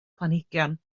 planhigion